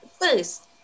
First